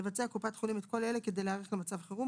תבצע קופת חולים את כל אלה כדי להיערך למצב חירום,